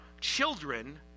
children